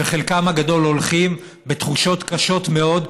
וחלקם הגדול הולכים בתחושות קשות מאוד,